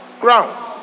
ground